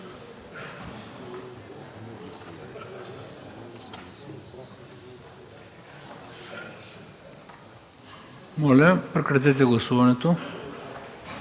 Моля да прекратите гласуването.